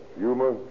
Yuma